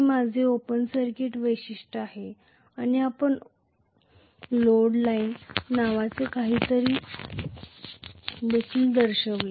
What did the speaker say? हे माझे open circuit वैशिष्ट्य आहे आणि आपण लोड लाइन नावाचे काहीतरी देखील दर्शविले